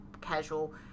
casual